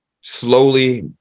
slowly